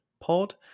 pod